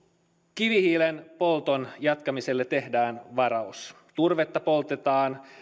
kivihiilen polton jatkamiselle tehdään varaus turvetta poltetaan